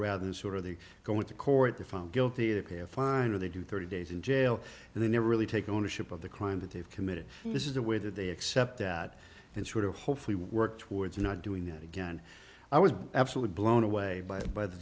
rather than sort of the going to court the found guilty of pay a fine or they do thirty days in jail and they never really take ownership of the crime that they've committed this is the way that they accept that and sort of hopefully work towards not doing that again i was absolutely blown away by the by the